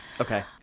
Okay